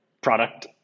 product